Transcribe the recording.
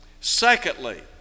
Secondly